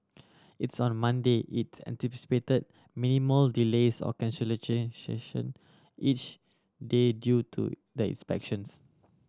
it's on Monday it anticipated minimal delays or each day due to the inspections